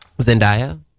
Zendaya